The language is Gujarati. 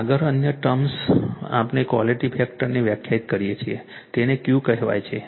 આગળ અન્ય ટર્મ આપણે ક્વૉલિટી ફેક્ટરને વ્યાખ્યાયિત કરીએ છીએ તેને Q કહેવાય છે